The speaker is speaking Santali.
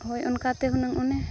ᱦᱳᱭ ᱚᱱᱠᱟ ᱛᱮ ᱦᱩᱱᱟᱹᱝ ᱚᱱᱮ